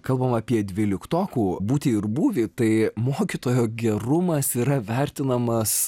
kalbam apie dvyliktokų būtį ir būvį tai mokytojo gerumas yra vertinamas